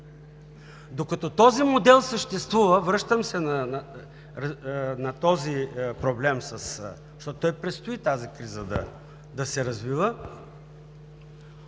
Докато този модел съществува, връщам се на този проблем, защото предстои тази криза да се развива,